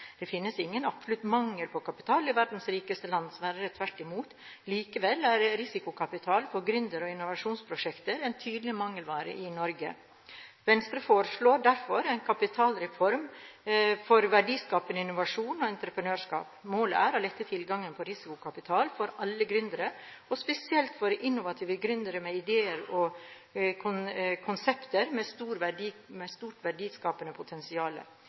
Det finnes ingen absolutt mangel på kapital i verdens rikeste land – snarere tvert imot. Likevel er risikokapital for gründere og innovasjonsprosjekter en tydelig mangelvare i Norge. Venstre foreslår derfor en kapitalreform for verdiskapende innovasjon og entreprenørskap. Målet er å lette tilgangen til risikokapital for alle gründere, og spesielt for innovative gründere med ideer og konsepter med et stort verdiskapende